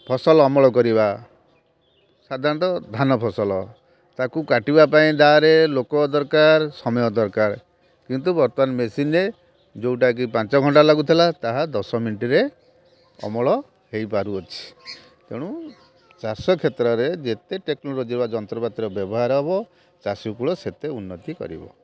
ଫସଲ ଅମଳ କରିବା ସାଧାରଣତଃ ଧାନଫସଲ ତାକୁ କାଟିବା ପାଇଁ ଦାଆରେ ଲୋକ ଦରକାର ସମୟ ଦରକାର କିନ୍ତୁ ବର୍ତ୍ତମାନ ମେସିନ୍ରେ ଯେଉଁଟାକି ପାଞ୍ଚ ଘଣ୍ଟା ଲାଗୁଥିଲା ତାହା ଦଶ ମିନିଟ୍ରେ ଅମଳ ହୋଇପାରୁଅଛି ତେଣୁ ଚାଷ କ୍ଷେତ୍ରରେ ଯେତେ ଟେକେକ୍ନୋଲୋଜି ବା ଯନ୍ତ୍ରପାତିର ବ୍ୟବହାର ହେବ ଚାଷୀକୁଳ ସେତେ ଉନ୍ନତି କରିବ